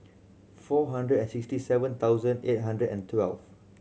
four hundred and sixty seven thousand eight hundred and twelve